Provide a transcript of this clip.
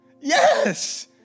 yes